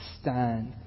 stand